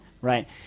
right